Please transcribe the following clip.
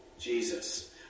Jesus